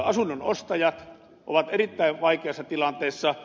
asunnonostajat ovat erittäin vaikeassa tilanteessa